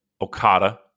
Okada